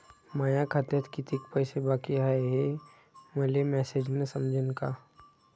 माया खात्यात कितीक पैसे बाकी हाय हे मले मॅसेजन समजनं का?